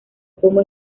como